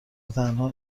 وتنها